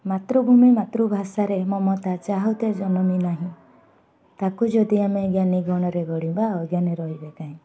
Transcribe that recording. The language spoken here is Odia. ମାତୃଭୂମି ମାତୃଭାଷାରେ ମମତା ଯା ହୃଦେ ଜନମି ନାହିଁ ତାକୁ ଯଦି ଆମେ ଜ୍ଞାନୀ ଗଣରେ ଗଢ଼ିବା ଅଜ୍ଞାନରେ ରହିବେ କାହିଁ